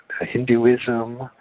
Hinduism